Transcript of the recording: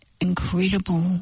incredible